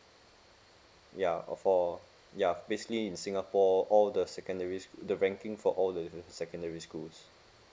ya uh for ya basically in singapore all the secondary school the ranking for all the different secondary schools